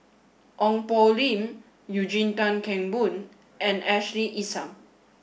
Ong Poh Lim Eugene Tan Kheng Boon and Ashley Isham